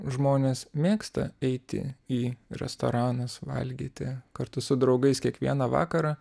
žmonės mėgsta eiti į restoranus valgyti kartu su draugais kiekvieną vakarą